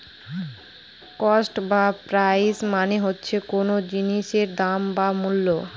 cost বা price মানে হচ্ছে কোন জিনিসের দাম বা মূল্য